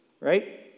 right